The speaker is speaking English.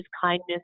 kindness